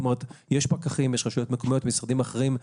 יש פקחים, יש רשויות מקומיות ומשרדים אחרים.